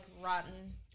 rotten